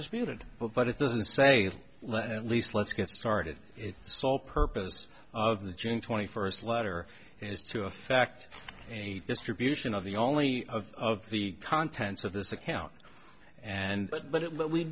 disputed but it doesn't say at least let's get started it sole purpose of the june twenty first letter is to effect a distribution of the only of the contents of this account and but it but we